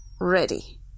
ready